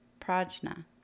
prajna